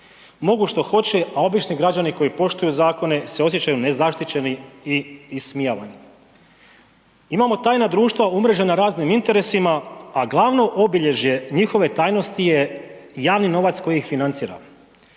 mogu što hoće, a obični građani koji poštuju zakone se osjećaju nezaštićeni i ismijavani. Imamo tajna društva umrežena raznim interesima, a glavno obilježje njihove tajnosti je javni novac koji ih financira.